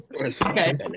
okay